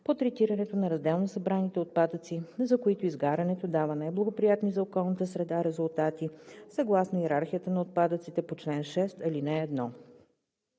по третирането на разделно събраните отпадъци, за които изгарянето дава най-благоприятни за околната среда резултати съгласно йерархията на отпадъците по чл. 6, ал. 1.